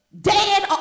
Dead